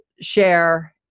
share